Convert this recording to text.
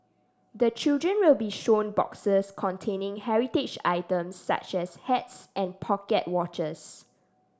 the children will be shown boxes containing heritage items such as hats and pocket watches